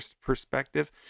perspective